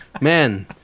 man